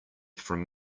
from